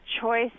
choice